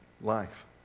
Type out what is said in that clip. life